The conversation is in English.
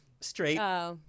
Straight